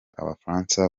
abafaransa